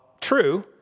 true